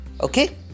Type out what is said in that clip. Okay